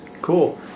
Cool